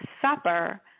supper